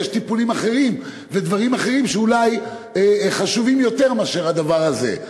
יש טיפולים אחרים ודברים אחרים שאולי חשובים יותר מאשר הדבר הזה?